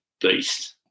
beast